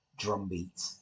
Drumbeat